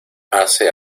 hace